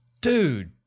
dude